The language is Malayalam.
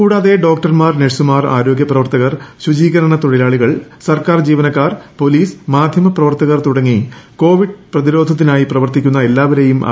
കൂടാതെ ഡോക്ടർമാർ നേഴ് ആരോഗ്യപ്രവർത്തകർ ശുചീകരണ തൊഴിലാളികൾ സുമാർ സർക്കാർ ജീവനക്കാർ പൊലീസ് മാധൃമപ്രവർത്തകർ തുടങ്ങി കോവിഡ് പ്രതിരോധത്തിനായി പ്രവർത്തിക്കുന്ന എല്ലാവരെയും ചെയ്തിരുന്നു